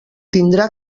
tindrà